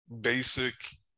basic